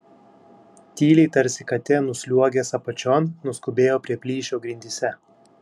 tyliai tarsi katė nusliuogęs apačion nuskubėjo prie plyšio grindyse